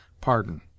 pardon